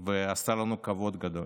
ועשה לנו כבוד גדול.